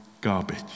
garbage